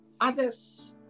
others